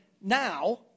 now